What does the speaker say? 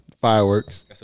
fireworks